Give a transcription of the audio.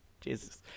Jesus